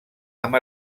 amb